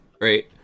Right